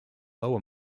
lower